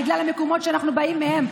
בגלל המקומות שאנחנו באים מהם.